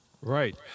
Right